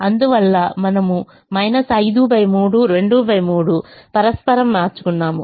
అందువల్ల మనము 53 23 పరస్పరం మార్చుకున్నాము